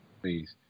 Please